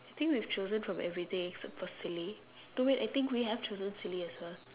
I think we've chosen from every thing except for silly no wait I think we have chosen silly as well